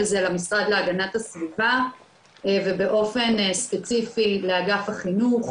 וזה למשרד להגנת הסביבה ובאופן ספציפי לאגף החינוך,